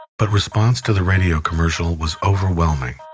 but response to the radio commercial was overwhelming.